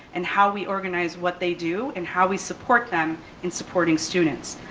and how we organize what they do and how we support them in supporting students.